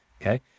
Okay